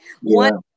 one